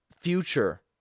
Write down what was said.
future